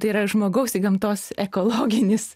tai yra žmogaus ir gamtos ekologinis